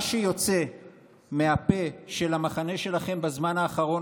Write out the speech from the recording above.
מה שיוצא מהפה של המחנה שלכם בזמן האחרון